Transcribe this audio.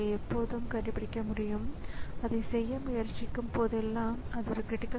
எடுத்துக்காட்டாக keyboard mouse மற்றும் disk பாேன்றவை ஒரே மாதிரியான குணநலன்களை கொண்டிருக்கவில்லை